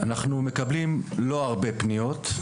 אנחנו מקבלים לא הרבה פניות.